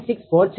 964 છે